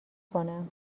کنم